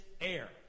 air